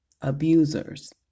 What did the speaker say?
abusers